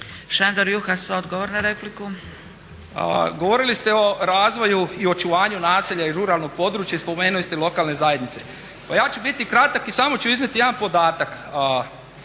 **Juhas, Šandor (Nezavisni)** Govorili ste o razvoju i očuvanju naselja i ruralnog područja i spomenuli ste lokalne zajednice. Pa ja ću biti kratak i samo ću iznijeti jedan podatak.